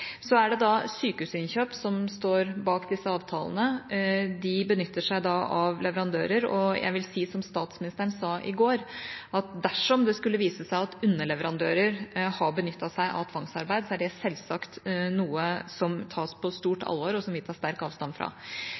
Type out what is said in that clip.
Det er Sykehusinnkjøp som står bak disse avtalene, og de benytter seg av leverandører, og jeg vil si, som statsministeren sa i går, at dersom det skulle vise seg at underleverandører har benyttet seg av tvangsarbeid, er det selvsagt noe som tas på stort alvor, og som vi tar sterk avstand fra.